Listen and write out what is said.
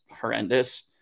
horrendous